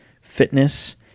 fitness